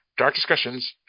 darkdiscussions